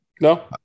No